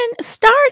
start